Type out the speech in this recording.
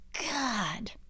god